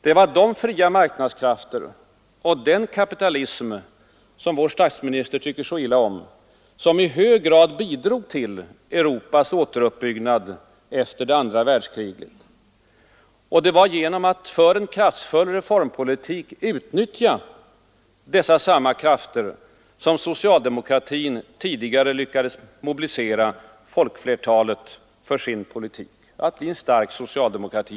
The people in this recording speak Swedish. Det var de fria marknadskrafter och den kapitalism som vår statsminister tycker så illa om som i hög grad bidrog till Europas återuppbyggnad efter det andra världskriget. Och det var genom att för en kraftfull reformpolitik utnyttja dessa samma krafter som socialdemokratin tidigare lyckades mobilisera folkflertalet för sin politik — med andra ord att bli en stark socialdemokrati.